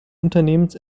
unternehmens